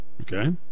Okay